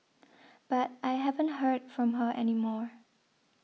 but I haven't heard from her any more